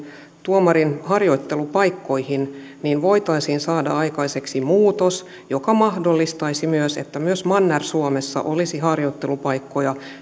tuomarin harjoittelupaikkoihin että voitaisiin saada aikaiseksi muutos joka mahdollistaisi myös sen että myös manner suomessa olisi harjoittelupaikkoja